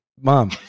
mom